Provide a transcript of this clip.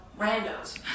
randos